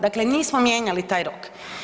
Dakle nismo mijenjali taj rok.